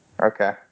Okay